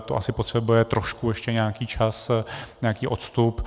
To asi potřebuje trošku ještě nějaký čas, nějaký odstup.